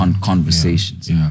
conversations